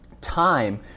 time